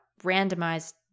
randomized